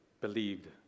believed